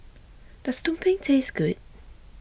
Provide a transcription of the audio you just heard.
does Tumpeng taste good